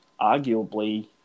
arguably